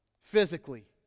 physically